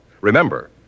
Remember